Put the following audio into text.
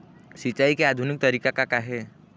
सिचाई के आधुनिक तरीका का का हे?